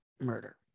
murder